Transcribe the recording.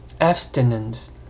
abstinence